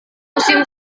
musim